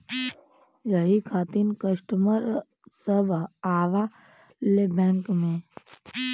यही खातिन कस्टमर सब आवा ले बैंक मे?